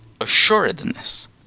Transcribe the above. assuredness